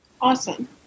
Awesome